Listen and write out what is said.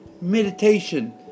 Meditation